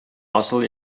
асыл